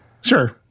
Sure